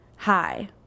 Hi